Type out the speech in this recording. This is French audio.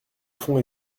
fond